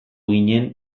ginen